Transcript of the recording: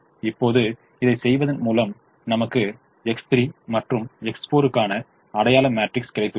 இப்போது இதைச் செய்வதன் மூலம் நமக்கு X3 மற்றும் X4 க்கான அடையாள மேட்ரிக்ஸ் கிடைத்துள்ளது